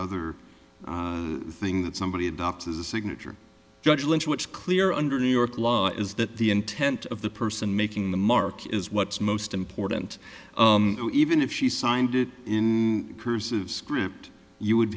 other thing that somebody adopts a signature judgment which clear under new york law is that the intent of the person making the mark is what's most important even if she signed it in cursive script you would